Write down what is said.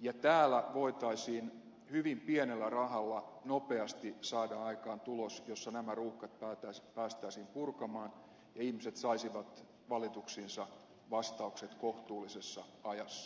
ja tässä voitaisiin hyvin pienellä rahalla nopeasti saada aikaan tulos jossa nämä ruuhkat päästäisiin purkamaan ja ihmiset saisivat valituksiinsa vastaukset kohtuullisessa ajassa